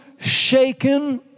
shaken